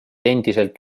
endiselt